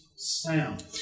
sound